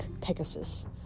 pegasus